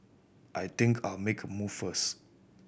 I think I'll make a move first